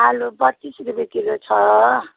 आलु पच्चिस रुपियाँ किलो छ